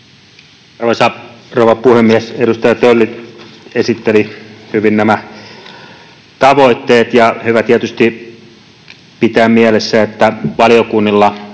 rouva puhemies! Edustaja Tölli esitteli hyvin nämä tavoitteet. On hyvä tietysti pitää mielessä, että valiokunnilla